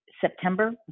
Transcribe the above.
September